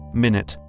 minit,